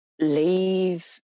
leave